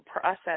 process